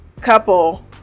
couple